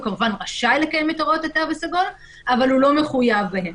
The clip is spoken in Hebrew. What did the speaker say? הוא כמובן רשאי לקיים את הוראות התו הסגול אבל הוא לא מחויב בהן.